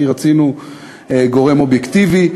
כי רצינו גורם אובייקטיבי,